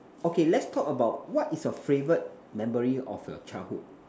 okay let's talk about what is your favorite memory of your childhood